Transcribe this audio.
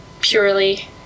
purely